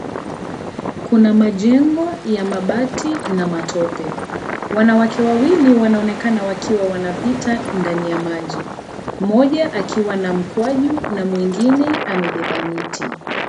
Kuna majengo ya mabati na matope. Wanawake wawili wanaonekana wakiwa wanapita ndani ya maji. Mmoja akiwa na mkwaju na mwingine amebeba miti.